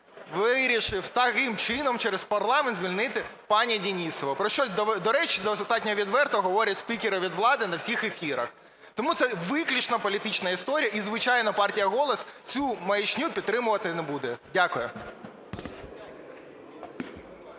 вирішив таким чином, через парламент, звільнити пані Денісову, про що, до речі, достатньо відверто говорять спікери від влади на всіх ефірах. Тому це виключно політична історія і, звичайно, партія "Голос" цю маячню підтримувати не буде. Дякую.